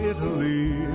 Italy